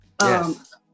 Yes